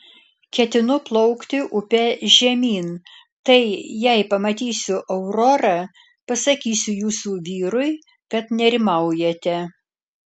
ketinu plaukti upe žemyn tai jei pamatysiu aurorą pasakysiu jūsų vyrui kad nerimaujate